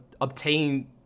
obtain